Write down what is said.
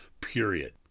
period